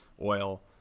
oil